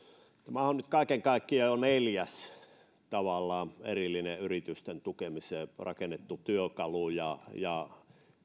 tämä on nyt kaiken kaikkiaan tavallaan jo neljäs erillinen yritysten tukemiseen rakennettu työkalu ja ja